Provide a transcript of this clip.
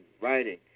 writing